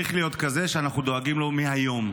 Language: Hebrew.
צריך להיות כזה שאנחנו דואגים לו מהיום.